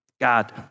God